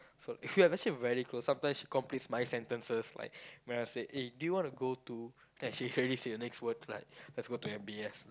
so we're actually very close sometimes she completes my sentences like when I said eh do you wanna go to then she already say the next word like let's go to M_B_S like